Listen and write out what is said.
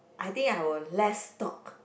I think I will less talk